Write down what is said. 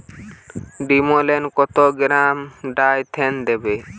ডিস্মেলে কত gram Dithane দেবো?